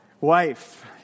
wife